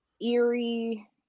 eerie